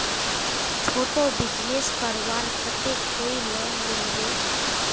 छोटो बिजनेस करवार केते कोई लोन मिलबे?